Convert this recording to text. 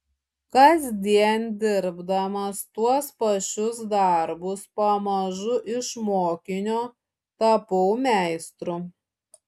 kasdien dirbdamas tuos pačius darbus pamažu iš mokinio tapau meistru